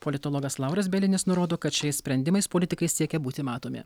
politologas lauras bielinis nurodo kad šiais sprendimais politikai siekia būti matomi